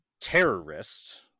terrorist